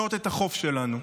שמסכנות את החוף שלנו.